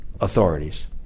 authorities